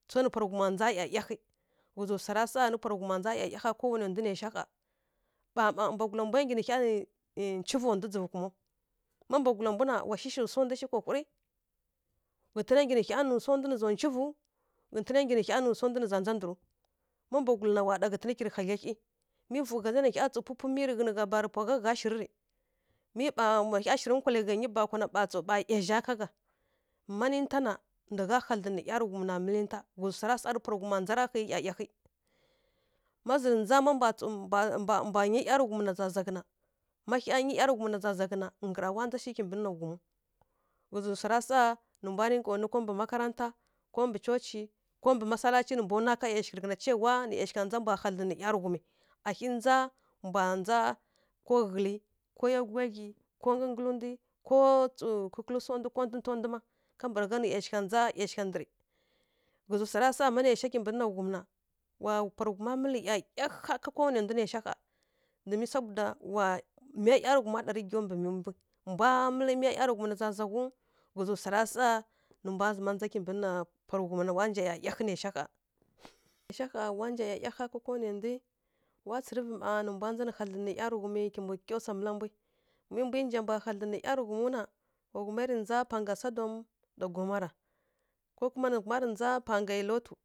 nǝ pa ra ghum nja ˈyayaghǝ ka ko wanǝ nda nǝ shǝ gha kha mma mbwagula mbwa nyi civa mbwǝ jivu kumaw ma mbwagula mbwa na wa shǝsha swa nda shǝ kwa wuri ghǝtǝn nyi swa nda nǝ za chǝvu ghǝtǝn nǝ swa nda nǝ za nja ndǝrǝw ma mbwagula wa ɗa ghǝtǝn kirǝ hadlyi hyi mǝ vugha za na nǝ ghǝ tsu pupu mǝ tǝ ghǝgha batǝ pa gha gha shǝri mǝ wa hya shǝrǝ kwalǝ gha ˈyǝ ba kwa na mba hyi azǝgha ma nǝ ta na nda gha hadlǝn nǝ ˈyaraghum nǝ mǝl nǝ ta ghǝzǝra sa tǝ parǝ ghum nja taraghǝ iyayaghǝ ma zǝ mbwa nyi ˈyaraghum nǝ zazaghǝna ma hya nyi ˈyaraghum na zazaghǝna ghǝzǝ swara sa nǝ mbwa nu ko mɓǝ makarata ko mɓǝ church ko mɓǝ maslach nǝ mbwa nu yausgh tǝ ghǝna ciwa mbwa hadlǝn nǝ ˈyaraghum ko ghǝlǝ ko yaagughǝ ko tsu kǝl kǝl swa ndama ko tǝta ndama ka bargha nǝ yausgha nja yausgha ndǝr ghǝzǝ swa ra sa ma nǝsha kimɓǝ nǝna ghum na wa pa ra ghuma mǝl iyayagha ka kalwana nda nǝsh gha wa miya ˈyaraghum ɗari giwǝ mɓǝ mbwǝ mbwa mǝl miya ˈyaraghum nǝ na zaghǝw ghǝzǝ ra sa nǝ mbwa nja kimɓǝ nǝ pa ri ghum na wa ja iyayaghi nǝ shǝgha wa nja iyayaghi kalwanǝ ndǝ wa tsǝrǝvǝ nǝ mbwa nja nǝ hadlǝn nǝ ˈyaraghum kalwana ndǝ mǝ mbwǝ nja mbwa hadlǝn nǝ ˈyaraghum nǝ wa wuma ri nja pa ngga sodum mba gomara ko kuma nǝ wuma ri nja pa gha i lot